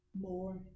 more